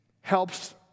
helps